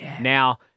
Now